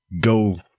go